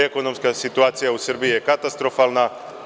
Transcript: Ekonomska situacija u Srbiji je katastrofalna.